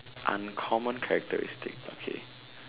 uncommon characteristics okay